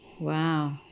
Wow